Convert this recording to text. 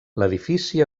l’edifici